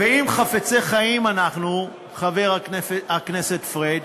ואם חפצי חיים אנחנו, חבר הכנסת פריג',